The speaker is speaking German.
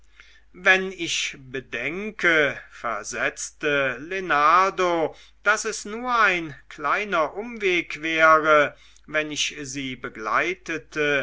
wenn ich bedenke versetzte lenardo daß es nur ein kleiner umweg wäre wenn ich sie begleitete